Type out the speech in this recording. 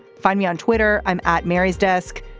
find me on twitter. i'm at mary's desk.